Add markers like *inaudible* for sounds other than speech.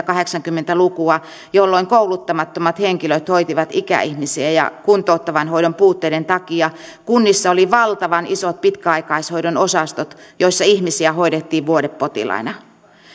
*unintelligible* kahdeksankymmentä lukua jolloin kouluttamattomat henkilöt hoitivat ikäihmisiä ja kuntouttavan hoidon puutteiden takia kunnissa oli valtavan isot pitkäaikaishoidon osastot joissa ihmisiä hoidettiin vuodepotilaina